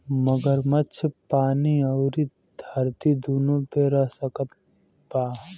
मगरमच्छ पानी अउरी धरती दूनो पे रह सकत बा